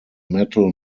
metal